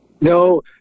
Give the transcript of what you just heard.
No